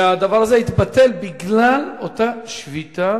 והדבר הזה התבטל בגלל אותה שביתה